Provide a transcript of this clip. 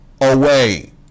away